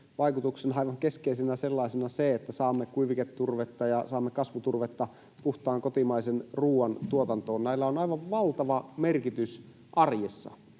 aivan keskeisenä sellaisena, on se, että saamme kuiviketurvetta ja saamme kasvuturvetta puhtaan kotimaisen ruoan tuotantoon. Näillä on aivan valtava merkitys arjessa,